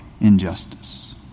injustice